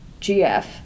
GF